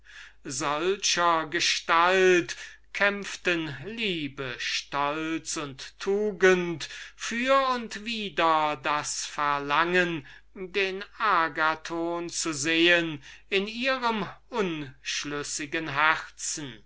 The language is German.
mußte solchergestalt kämpften liebe stolz und tugend für und wider das verlangen den agathon zu sehen in ihrem unschlüssigen herzen